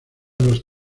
los